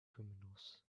criminals